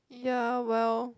ya well